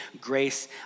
grace